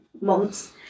months